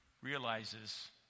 realizes